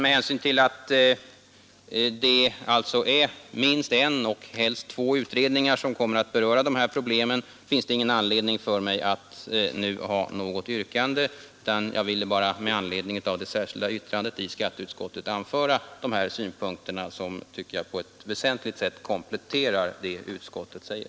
Med hänsyn till att alltså minst en och helst två utredningar kommer att beröra dessa problem finns det ingen anledning för mig att nu ha något yrkande. Jag ville bara med anledning av det särskilda yttrandet i skatteutskottets betänkande anföra dessa synpunkter som, tycker jag, på ett väsentligt sätt kompletterar vad utskottet säger.